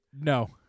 No